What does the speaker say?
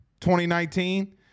2019